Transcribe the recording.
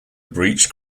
breached